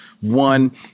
One